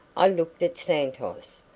i looked at santos.